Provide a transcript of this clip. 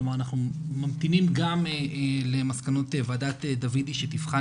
כלומר אנחנו ממתינים גם למסקנות וועדת דוידי שתבחן